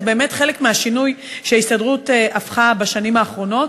זה באמת חלק מהשינוי של ההסתדרות בשנים האחרונות.